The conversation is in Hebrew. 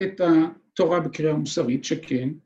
‫את התורה בקריאה מוסרית שכן...